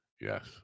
yes